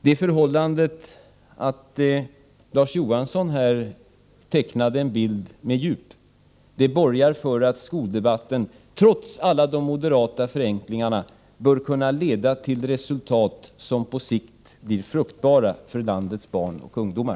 Det förhållandet att Larz Johansson tecknade en bild med djup borgar för att skoldebatten trots alla de moderata förenklingarna bör kunna leda till resultat som på sikt blir fruktbara för landets barn och ungdomar.